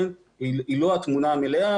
אבל היא לא התמונה המלאה.